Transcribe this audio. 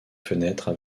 fenêtres